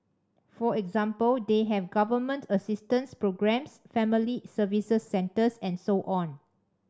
for example they have Government assistance programmes Family Service Centres and so on